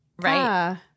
right